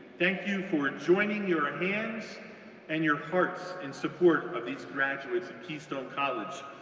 thank you for joining your hands and your hearts in support of these graduates of keystone college.